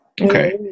Okay